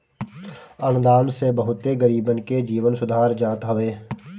अनुदान से बहुते गरीबन के जीवन सुधार जात हवे